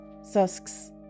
Susk's